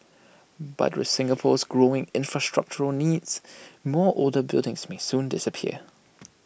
but with Singapore's growing infrastructural needs more older buildings may soon disappear